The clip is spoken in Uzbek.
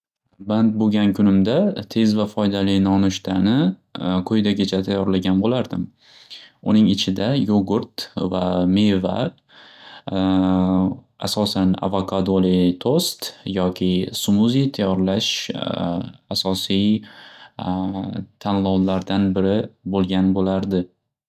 Band bo'lgan kunimda tez va foydali nonushtani quyidagicha tayorlagan bo'lardim. Uning ichida yo'gurt va meva asosan avakadoli to'st yoki smuzi tayorlash asosiy tanlovlardan biri bo'lgan bo'lardi.